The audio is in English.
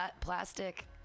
Plastic